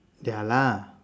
ya lah